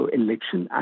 election